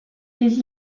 des